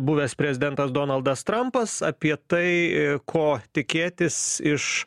buvęs prezidentas donaldas trampas apie tai ko tikėtis iš